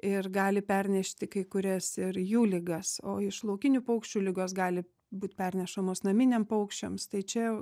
ir gali pernešti kai kurias ir jų ligas o iš laukinių paukščių ligos gali būt pernešamos naminiam paukščiams tai čia